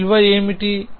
దాని విలువ ఏమిటి